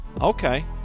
Okay